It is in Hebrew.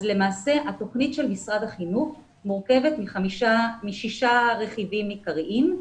למעשה התוכנית של משרד החינוך מורכבת משישה רכיבים עיקריים.